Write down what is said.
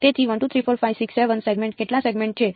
તેથી 1 2 3 4 5 6 7 સેગમેન્ટ કેટલા સેગમેન્ટ છે